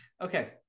okay